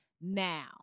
now